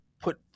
put